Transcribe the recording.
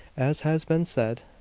as has been said,